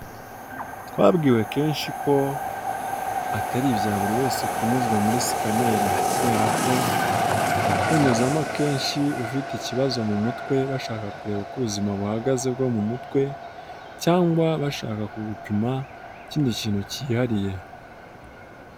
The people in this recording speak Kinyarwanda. Twabwiwe kenshi ko atari ibya buri wese kunyuzwa muri sikaneri kubera ko bayikunyuzamo akenshi, ufite ikibazo mu mutwe, bashaka kureba uko ubuzima buhagaze bwo mu mutwe cyangwa bashaka ku gupima ikindi kintu cyihariye.